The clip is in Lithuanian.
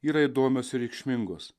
yra įdomios ir reikšmingos